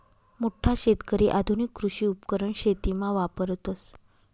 मोठा शेतकरी आधुनिक कृषी उपकरण शेतीमा वापरतस